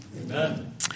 Amen